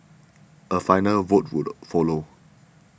a final vote would follow